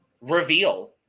reveal